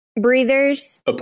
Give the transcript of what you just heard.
breathers